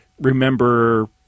remember